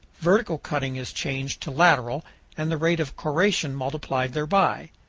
vertical cutting is changed to lateral and the rate of corrosion multiplied thereby.